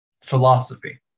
philosophy